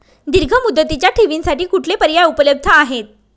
दीर्घ मुदतीच्या ठेवींसाठी कुठले पर्याय उपलब्ध आहेत?